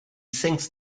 sinks